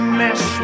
mess